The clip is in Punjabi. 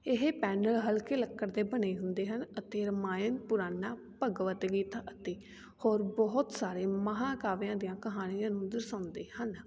ਇਹ ਪੈਨਲ ਹਲਕੇ ਲੱਕੜ ਦੇ ਬਣੇ ਹੁੰਦੇ ਹਨ ਅਤੇ ਰਮਾਇਣ ਪੁਰਾਨਾ ਭਗਵਤ ਗੀਤਾ ਅਤੇ ਹੋਰ ਬਹੁਤ ਸਾਰੇ ਮਹਾਂਕਾਵਿਆਂ ਦੀਆਂ ਕਹਾਣੀਆਂ ਨੂੰ ਦਰਸਾਉਂਦੇ ਹਨ